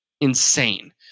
Insane